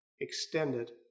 extended